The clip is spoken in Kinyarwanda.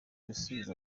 gusubiza